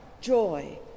joy